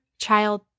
child